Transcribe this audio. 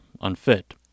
unfit